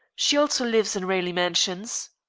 she also lives in raleigh mansions.